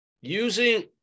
Using